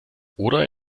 oder